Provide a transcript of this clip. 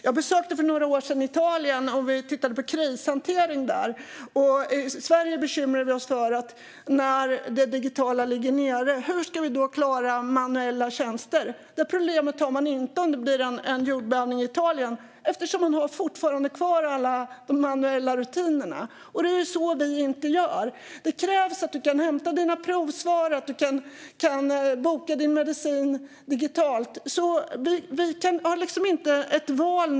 Jag besökte för några år sedan Italien för att titta på krishantering där. I Sverige bekymrar vi oss för hur vi ska klara manuella tjänster när de digitala ligger nere. Det problemet har man inte om det blir en jordbävning i Italien eftersom man fortfarande har kvar alla de manuella rutinerna. Det har vi inte i Sverige. Det krävs att man kan hämta sina provsvar och boka sin medicin digitalt, så vi har liksom inte något val.